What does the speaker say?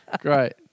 Great